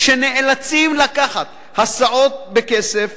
שנאלצים לקחת הסעות בכסף,